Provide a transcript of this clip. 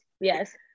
yes